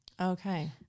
Okay